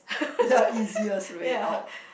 the easiest way out